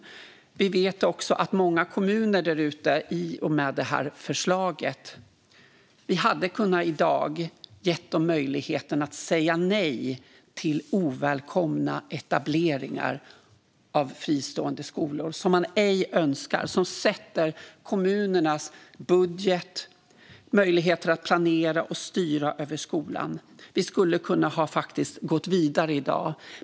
Vi vet också att vi i och med förslaget hade kunnat ge många kommuner därute i dag möjligheten att säga nej till ovälkomna etableringar av fristående skolor som de ej önskar och som sätter ramar för kommunernas budget, möjligheter att planera och möjlighet att styra över skolan. Vi skulle ha kunnat gå vidare i dag.